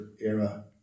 era